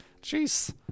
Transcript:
Jeez